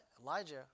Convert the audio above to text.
Elijah